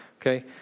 okay